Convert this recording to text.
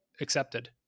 accepted